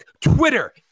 Twitter